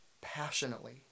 passionately